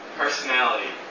personality